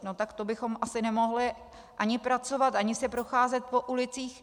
No tak to bychom asi nemohli ani pracovat ani se procházet po ulicích.